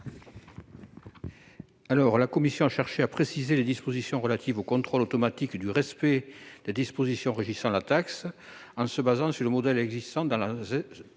? La commission a cherché à préciser les dispositions relatives au contrôle automatique du respect des dispositions régissant la taxe, en se fondant sur le modèle existant pour les